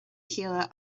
chéile